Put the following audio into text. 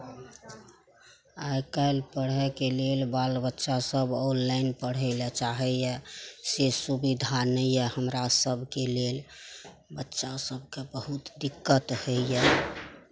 आइ काल्हि पढ़ाइके लेल बाल बच्चासभ ऑनलाइन पढ़य लए चाहैए से सुविधा नहि यए हमरा सभके लेल बच्चा सभकेँ बहुत दिक्कत होइए